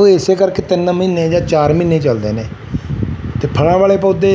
ਉਹ ਇਸੇ ਕਰਕੇ ਤਿੰਨ ਮਹੀਨੇ ਜਾਂ ਚਾਰ ਮਹੀਨੇ ਚਲਦੇ ਨੇ ਅਤੇ ਫਲਾਂ ਵਾਲੇ ਪੌਦੇ